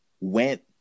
went